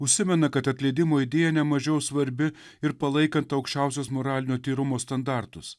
užsimena kad atleidimo idėja nemažiau svarbi ir palaikant aukščiausios moralinio tyrumo standartus